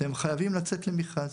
אתם חייבים לצאת למכרז.